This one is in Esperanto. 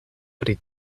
pri